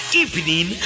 evening